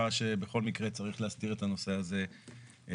שבכל מקרה צריך להסדיר את הנושא הזה בחקיקה.